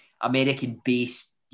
American-based